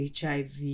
HIV